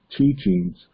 teachings